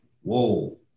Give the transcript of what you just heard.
whoa